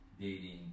dating